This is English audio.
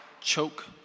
choke